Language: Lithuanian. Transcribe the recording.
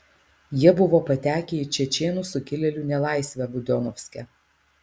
jie buvo patekę į čečėnų sukilėlių nelaisvę budionovske